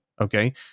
Okay